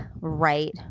right